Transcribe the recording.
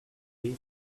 boy